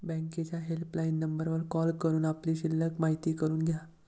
बँकेच्या हेल्पलाईन नंबरवर कॉल करून आपली शिल्लक माहिती करून घ्या